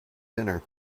dinner